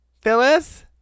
phyllis